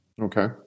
Okay